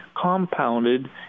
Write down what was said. compounded